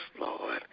Lord